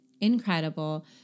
incredible